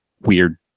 weird